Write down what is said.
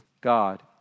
God